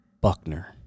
Buckner